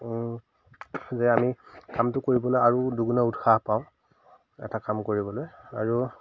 যে আমি কামটো কৰিবলৈ আৰু দুগুণে উৎসাহ পাওঁ এটা কাম কৰিবলৈ আৰু